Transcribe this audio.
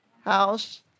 house